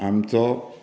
आमचो